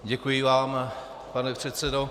Děkuji vám, pane předsedo.